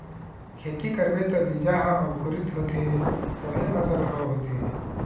खेती करबे त बीजा ह अंकुरित होथे तभे फसल ह होथे